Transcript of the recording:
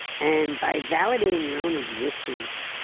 and by validating your own existence,